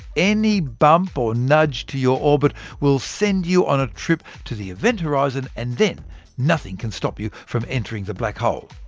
any bump or nudge to your orbit will send you on a trip to the event horizon, and then nothing can stop you entering the black hole.